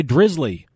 Drizzly